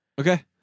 Okay